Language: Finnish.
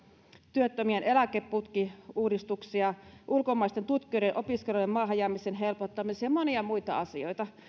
työttömien eläkeputkiuudistuksia ulkomaisten tutkijoiden ja opiskelijoiden maahanjäämisen helpottaminen ja monia muita asioita